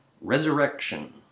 Resurrection